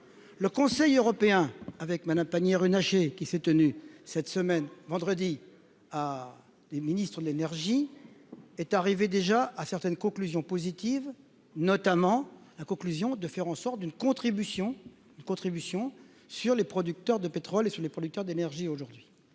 le Conseil européen avec Madame Pannier-Runacher qui s'est tenu cette semaine vendredi ah les ministres de l'énergie est arrivé déjà à certaines conclusions positives, notamment la conclusion de faire en sorte d'une contribution, une contribution sur les producteurs de pétrole et sur les producteurs d'énergie aujourd'hui,